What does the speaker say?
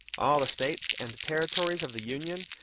all the states and territories of the union,